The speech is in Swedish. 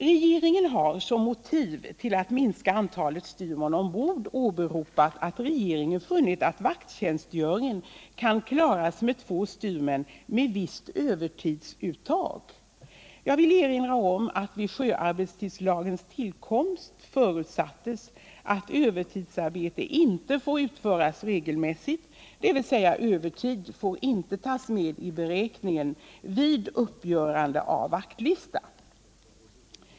Regeringen har som motiv till att minska antalet styrmän ombord åberopat att regeringen funnit, att vakttjänstgöringen kan klaras av två styrmän med visst övertidsuttag. Jag vill erinra om att vid sjöarbetstidslagens tillkomst förutsattes att övertidsarbete inte får utföras regelmässigt, dvs. övertid får inte tas med i beräkningen vid uppgörande av vaktlista.